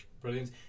Brilliant